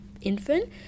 infant